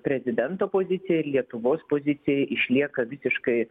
prezidento pozicija ir lietuvos pozicija išlieka visiškai